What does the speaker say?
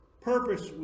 Purpose